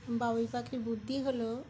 বাবুই পাখির বুদ্ধি হলো